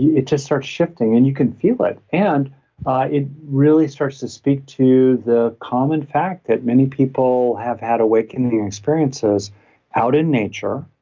it just starts shifting and you can feel it. and it really starts to speak to the common fact that many people have had awakened in your experiences out in nature,